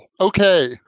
Okay